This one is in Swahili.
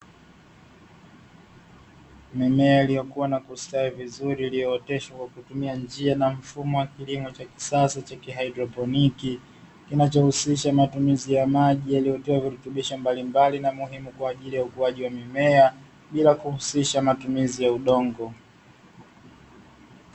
Mimea iliyokuwa na kustawi vizuri iliyooteshwa kwa kutumia njia na mfumo wa kilimo cha kisasa cha ki haidroponi, kinachohusisha matumizi ya maji yaliyotiwa virutubisho mbalimbali na muhimu kwa ajili ya ukuaji wa mimea bila kuhusisha matumizi ya udongo.